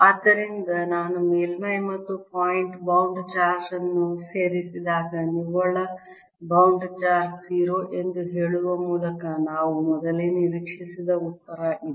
ಆದ್ದರಿಂದ ನಾನು ಮೇಲ್ಮೈ ಮತ್ತು ಪಾಯಿಂಟ್ ಬೌಂಡ್ ಚಾರ್ಜ್ ಅನ್ನು ಸೇರಿಸಿದಾಗ ನಿವ್ವಳ ಬೌಂಡ್ ಚಾರ್ಜ್ 0 ಎಂದು ಹೇಳುವ ಮೂಲಕ ನಾವು ಮೊದಲೇ ನಿರೀಕ್ಷಿಸಿದ ಉತ್ತರ ಇದು